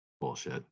Bullshit